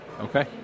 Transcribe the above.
Okay